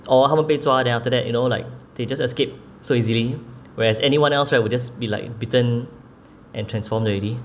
or 他们被抓 then after that you know like they just escape so easily whereas anyone else right would just be like bitten and transformed already